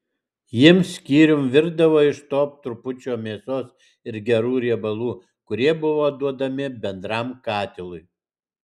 jiems skyrium virdavo iš to trupučio mėsos ir gerų riebalų kurie buvo duodami bendram katilui